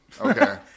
Okay